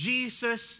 Jesus